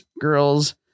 girls